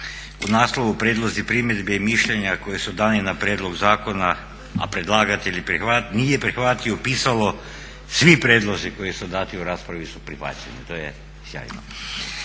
u naslovu prijedlozi, primjedbe i mišljenja koje su dane na prijedlog zakona a predlagatelj nije prihvatio pisao svi prijedlozi koji su dati u raspravi su prihvaćeni. To je sjajno.